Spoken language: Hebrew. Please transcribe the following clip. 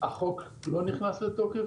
לא נכנס לתוקף?